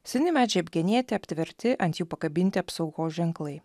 seni medžiai apgenėti aptverti ant jų pakabinti apsaugos ženklai